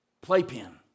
playpen